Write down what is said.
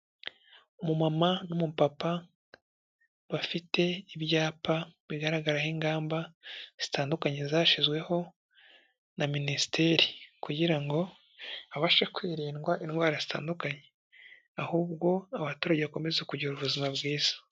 Umumama n'umupapa bafite ibyapa bigaragaraho ingamba zitandukanye zashyizweho na Minisiteri kugira ngo habashe kwirindwa indwara zitandukanye, ahubwo abaturage bakomeze kugira ubuzima bwiza.